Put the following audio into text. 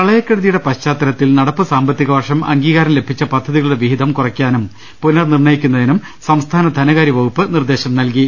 പ്രളയക്കെടുതിയുടെ പശ്ചാത്തലത്തിൽ നടപ്പ് സാമ്പത്തിക വർഷം അംഗീകാരം ലഭിച്ച പദ്ധതികളുടെ വിഹിതം കുറയ്ക്കാനും പുനർനിർണയിക്കുന്നതിനും സംസ്ഥാന ധനകാര്യ വകുപ്പ് നിർദേശം നൽകി